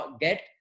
get